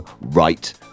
right